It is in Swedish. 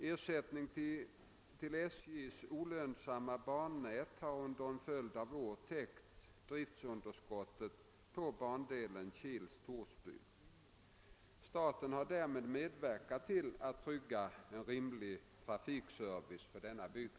Ersättningen till SJ:s olönsamma bannät har under en följd av år täckt driftunderskotten på bandelen Kil— Torsby. Staten har därmed medverkat till att trygga en rimlig trafikservice för denna bygd.